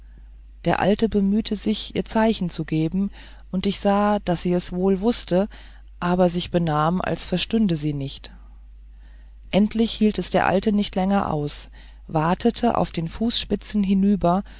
der alte war bemüht ihr zeichen zu geben und ich sah daß sie es wohl wußte aber sich benahm als verstünde sie nicht endlich hielt es der alte nicht länger aus watete auf den fußspitzen hinüber